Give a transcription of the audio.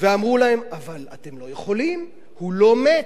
ואמרו להם: אבל אתם לא יכולים, הוא לא מת.